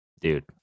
Dude